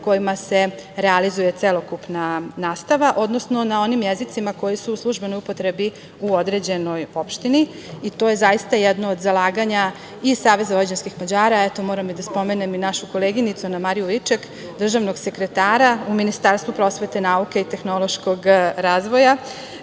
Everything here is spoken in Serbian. kojima se realizuje celokupna nastava, odnosno na onim jezicima koji su u službenoj upotrebi u određenoj opštini. To je zaista jedno od zalaganja i SVM, a eto moram i da spomenem našu koleginicu Mariju Viček, državnog sekretara u Ministarstvu prosvete, nauke i tehnološkog razvoja.